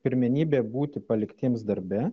pirmenybė būti paliktiems darbe